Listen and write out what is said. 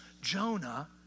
Jonah